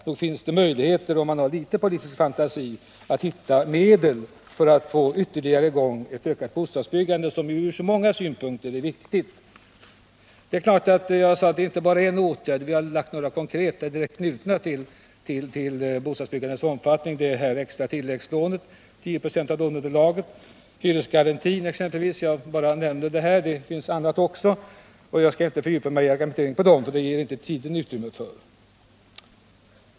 Nog finns det möjligheter, om man har politisk fantasi, att hitta medel för att få i gång ett ökat bostadsbyggande, som ju ur många synpunkter är viktigt. Jag sade att det är inte bara en åtgärd som behövs. Vi har lagt fram förslag, direkt knutna till avsnittet om bostadsbyggandets omfattning: det extra tilläggslånet motsvarande 10 96 av låneunderlaget, hyresgarantin, osv. Jag skall inte fördjupa mig i någon argumentering, för det ger inte tiden utrymme för.